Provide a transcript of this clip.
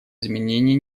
изменение